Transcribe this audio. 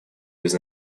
with